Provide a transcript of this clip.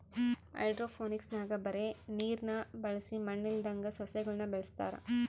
ಹೈಡ್ರೋಫೋನಿಕ್ಸ್ನಾಗ ಬರೇ ನೀರ್ನ ಬಳಸಿ ಮಣ್ಣಿಲ್ಲದಂಗ ಸಸ್ಯಗುಳನ ಬೆಳೆಸತಾರ